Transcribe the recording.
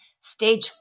Stage